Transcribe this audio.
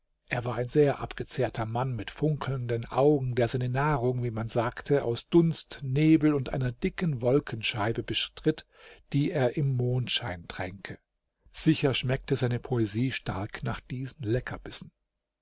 es war ein sehr abgezehrter mann mit funkelnden augen der seine nahrung wie man sagte aus dunst nebel und einer dicken wolkenscheibe bestritt die er im mondschein tränke sicher schmeckte seine poesie stark nach diesen leckerbissen